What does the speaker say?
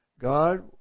God